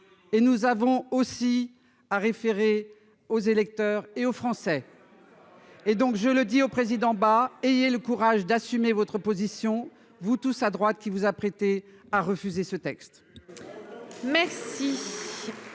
et nous avons aussi à référer aux électeurs et aux Français, et donc je le dis au président bah, ayez le courage d'assumer votre position, vous tous, à droite, qui vous a prêté à refuser ce texte.